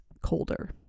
colder